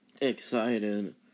excited